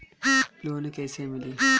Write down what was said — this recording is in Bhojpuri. लोन कइसे मिली?